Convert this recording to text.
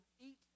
eat